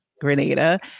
Grenada